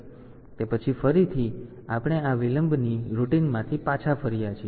તેથી તે પછી ફરીથી આપણે આ વિલંબની રૂટિનમાંથી પાછા ફર્યા છીએ